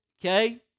Okay